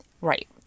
Right